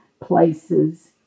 places